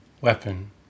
Weapon